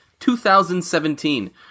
2017